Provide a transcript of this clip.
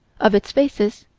of its faces,